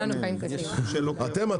אתם גוף